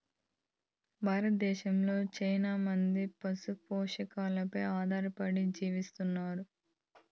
భారతదేశంలో చానా మంది పశు పోషణపై ఆధారపడి జీవిస్తన్నారు